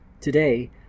Today